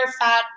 fat